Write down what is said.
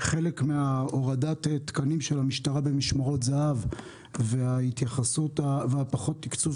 חלק מהורדת התקנים של המשטרה במשמרות זה"ב ופחות התקצוב